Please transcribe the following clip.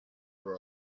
for